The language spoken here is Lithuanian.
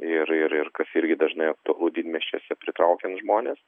ir ir ir kas irgi dažnai aktualu didmiesčiuose pritraukiant žmones